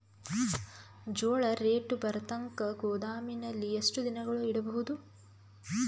ಜೋಳ ರೇಟು ಬರತಂಕ ಗೋದಾಮಿನಲ್ಲಿ ಎಷ್ಟು ದಿನಗಳು ಯಿಡಬಹುದು?